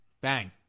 Bang